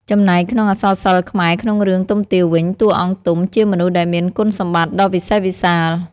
ចំណែកក្នុងអក្សរសិល្ប៍ខ្មែរក្នុងរឿង ទុំទាវវិញ តួអង្គ ទុំ ជាមនុស្សដែលមានគុណសម្បត្តិដ៏វិសេសវិសាល។។